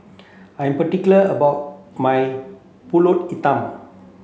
I am particular about my Pulut Hitam